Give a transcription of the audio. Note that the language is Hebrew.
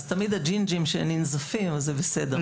זה תמיד הג'ינג'ים שננזפים אבל זה בסדר.